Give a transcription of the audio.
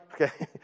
Okay